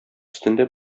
өстендә